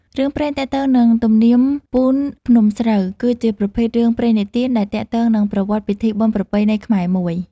រឿងព្រេងទាក់ទងនឹងទំនៀមពូនភ្នំស្រូវ គឺជាប្រភេទ រឿងព្រេងនិទាន ដែលទាក់ទងនឹងប្រវត្តិពិធីបុណ្យប្រពៃណីខ្មែរមួយ។